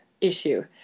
issue